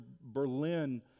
Berlin